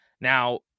now-